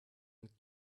and